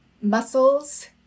muscles